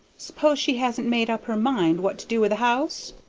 s'pose she hasn't made up her mind what to do with the house?